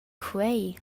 quei